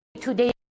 today